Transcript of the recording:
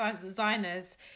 designers